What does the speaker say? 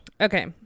Okay